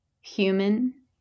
human